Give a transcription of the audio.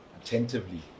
attentively